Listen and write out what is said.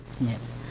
yes